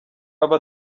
aba